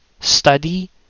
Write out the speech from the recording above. Study